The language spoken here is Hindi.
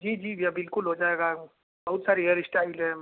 जी जी भैया बिल्कुल हो जाएगा बहुत सारी हेयर इश्टाइल है